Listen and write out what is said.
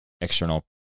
external